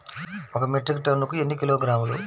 ఒక మెట్రిక్ టన్నుకు ఎన్ని కిలోగ్రాములు?